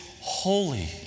holy